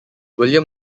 william